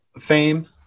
fame